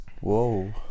Whoa